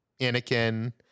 Anakin